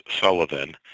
Sullivan